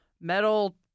metal